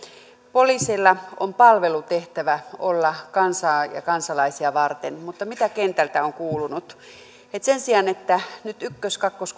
poliiseilla on palvelutehtävä olla kansaa ja kansalaisia varten mutta mitä kentältä on kuulunut sen sijaan että nyt ykkös kakkos